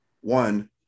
one